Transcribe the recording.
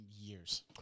years